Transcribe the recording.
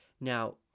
Now